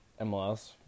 MLS